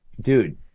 dude